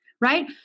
right